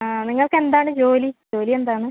നിങ്ങൾക്ക് എന്താണ് ജോലി ജോലി എന്താണ്